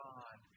God